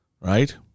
right